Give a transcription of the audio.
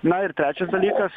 na ir trečias dalykas